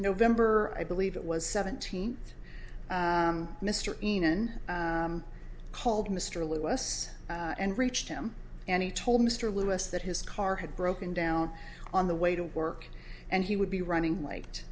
november i believe it was seventeen mr enon called mr lew us and reached him and he told mr lewis that his car had broken down on the way to work and he would be running late